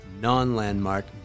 non-landmark